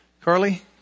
Carly